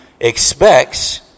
expects